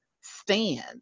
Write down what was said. stand